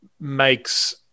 makes